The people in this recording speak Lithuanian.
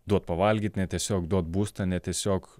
duot pavalgyt ne tiesiog duot būstą ne tiesiog